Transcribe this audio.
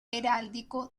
heráldico